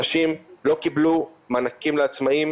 אנשים לא קיבלו מענקים לעצמאיים